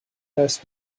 has